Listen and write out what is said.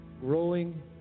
Growing